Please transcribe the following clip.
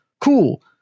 Cool